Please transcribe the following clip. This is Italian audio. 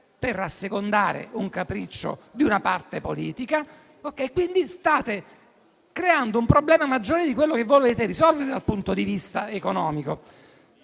per assecondare un capriccio di una parte politica. Quindi state creando un problema maggiore di quello che volete risolvere dal punto di vista economico.